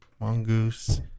Mongoose